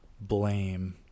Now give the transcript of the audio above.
blame